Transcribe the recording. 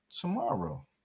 tomorrow